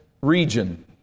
region